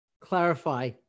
clarify